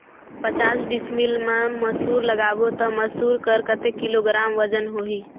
पचास डिसमिल मा मसुर लगाबो ता मसुर कर कतेक किलोग्राम वजन होही?